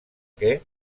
que